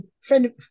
friend